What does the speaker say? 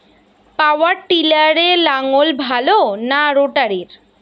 পাওয়ার টিলারে লাঙ্গল ভালো না রোটারের?